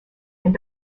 and